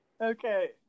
Okay